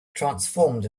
transformed